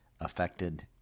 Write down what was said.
affected